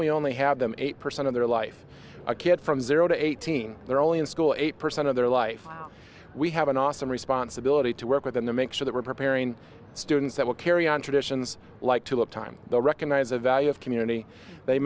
we only have them eight percent of their life a kid from zero to eighteen they're only in school eight percent of their life we have an awesome responsibility to work within the make sure that we're preparing students that will carry on traditions like to have time the recognize a value of community they